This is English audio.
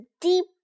deep